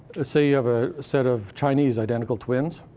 say you have a set of chinese identical twins,